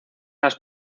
las